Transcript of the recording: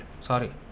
Sorry